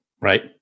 right